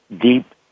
deep